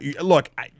look